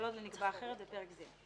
כל עוד לא נקבע אחרת בפרק זה."